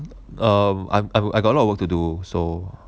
um I'm I'm I'm I got a lot of work to do so